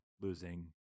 losing